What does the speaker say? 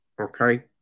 okay